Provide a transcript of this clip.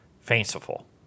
fanciful